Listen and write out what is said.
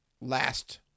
last